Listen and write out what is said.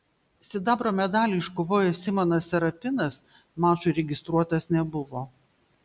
sidabro medalį iškovojęs simonas serapinas mačui registruotas nebuvo